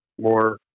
more